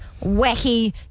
Wacky